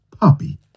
puppy